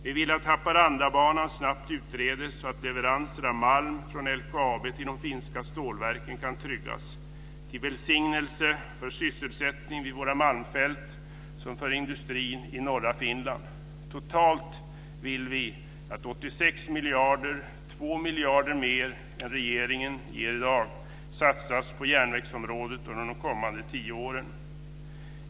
Vi vill att Haparandabanan snabbt utreds, så att leveranser av malm från LKAB till de finska stålverken kan tryggas, till välsignelse för sysselsättning vid våra malmfält och för industrin i norra Finland. Totalt vill vi att 86 miljarder - 2 miljarder mer än regeringen ger i dag - satsas på järnvägsområdet under de kommande tio åren.